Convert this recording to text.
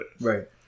Right